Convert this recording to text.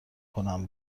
کنم